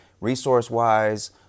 resource-wise